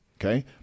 okay